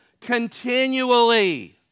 Continually